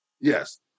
yes